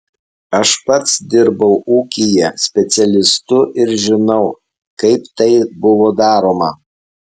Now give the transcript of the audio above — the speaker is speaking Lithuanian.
aš pats dirbau ūkyje specialistu ir žinau kaip tai buvo daroma